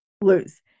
lose